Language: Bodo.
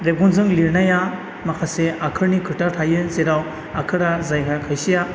रेबगनजों लिरनाया माखासे आखरनि खोथा थायो जेराव आखरा जायहा खायसेया